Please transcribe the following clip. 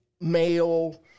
male